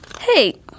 Hey